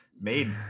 made